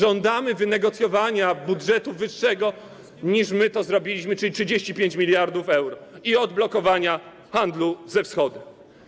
Żądamy wynegocjowania budżetu wyższego, niż my to zrobiliśmy, czyli 35 mld euro, i odblokowania handlu ze Wschodem.